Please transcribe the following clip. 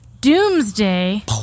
Doomsday